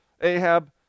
Ahab